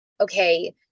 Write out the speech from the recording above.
Okay